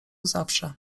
zawsze